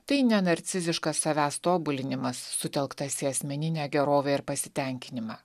tai ne narciziškas savęs tobulinimas sutelktas į asmeninę gerovę ir pasitenkinimą